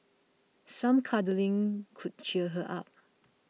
some cuddling could cheer her up